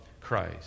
Christ